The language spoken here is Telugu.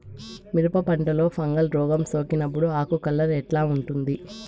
మిరప పంటలో ఫంగల్ రోగం సోకినప్పుడు ఆకు కలర్ ఎట్లా ఉంటుంది?